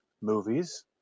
Movies